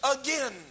again